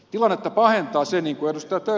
tilannetta pahentaa se niin kuin ed